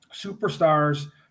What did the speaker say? superstars